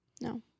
No